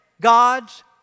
God's